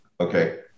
okay